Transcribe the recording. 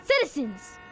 Citizens